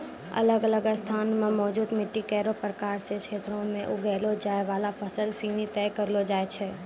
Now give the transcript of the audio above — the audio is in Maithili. अलग अलग स्थान म मौजूद मिट्टी केरो प्रकार सें क्षेत्रो में उगैलो जाय वाला फसल सिनी तय करलो जाय छै